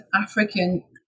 African